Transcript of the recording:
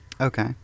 Okay